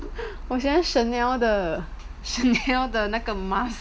我喜欢 Chanel 的 Chanel 的那个 mask